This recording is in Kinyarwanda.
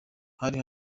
hari